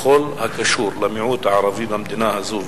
בכל הקשור למיעוט הערבי במדינה הזאת,